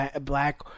black